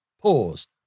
pause